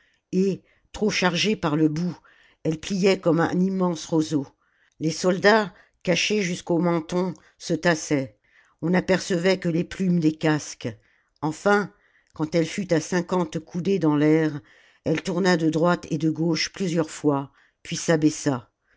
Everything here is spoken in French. et trop chargée par le bout elle phait comme un immense roseau les soldats cachés jusqu'au menton se tassaient on n'apercevait que les plumes des casques enfin quand elle fut à cinquante coudées dans l'air elle tourna de droite et de gauche plusieurs fois puis s'abaissa